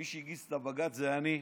מי שהגיש את הבג"ץ זה אני.